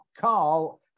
Carl